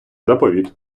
заповіт